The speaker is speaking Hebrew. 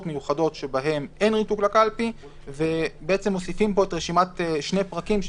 מיוחדות בהן אין ריתוק לקלפי ומוסיפים פה שני פרקים,